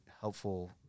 helpful